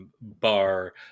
bar